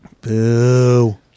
Boo